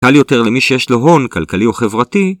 קל יותר למי שיש לו הון כלכלי או חברתי